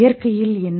இயற்கையில் என்ன